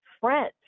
Friends